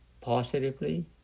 positively